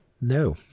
No